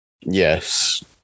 Yes